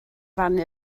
rannu